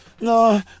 No